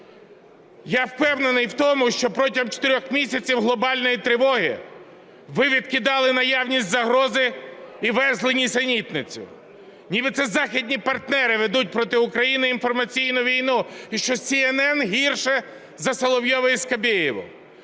Я впевнений в тому, що протягом чотирьох місяців глобальної тривоги ви відкидали наявність загрози і верзли нісенітницю, нібито це західні партнери ведуть проти України інформаційну війну, і що СNN гірший за Соловйова і Скабєєву.